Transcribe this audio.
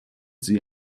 sie